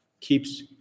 keeps